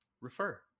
refer